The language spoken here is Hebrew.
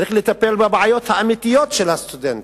צריך לטפל בבעיות האמיתיות של הסטודנט.